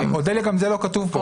אודליה, גם זה לא כתוב פה.